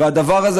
והדבר הזה,